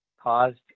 caused